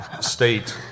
state